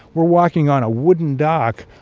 we're walking on a wooden dock,